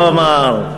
הוא אמר.